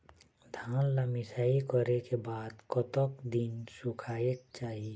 धान ला मिसाई करे के बाद कतक दिन सुखायेक चाही?